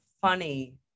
funny